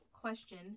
Question